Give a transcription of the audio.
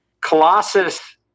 Colossus